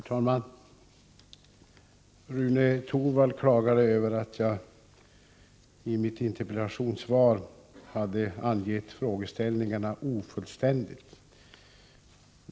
Herr talman! Rune Torwald klagade över att jag i mitt interpellationssvar hade angett frågeställningen ofullständigt.